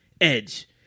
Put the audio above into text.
edge